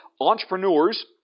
entrepreneurs